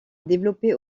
développé